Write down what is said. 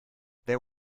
there